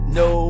no